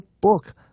book